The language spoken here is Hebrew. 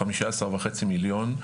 15.5 מיליון,